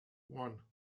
one